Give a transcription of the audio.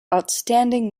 outstanding